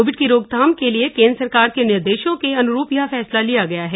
Covid की रोकथाम के लिए केन्द्र सरकार के निर्देशों के अनुरूप यह फैसला लिया गया है